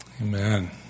Amen